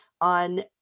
on